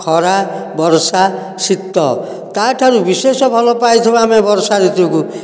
ଖରା ବର୍ଷା ଶୀତ ତା ଠାରୁ ବିଶେଷ ଭଲ ପାଇଥିବା ଆମେ ବର୍ଷା ଋତୁକୁ